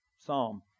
psalm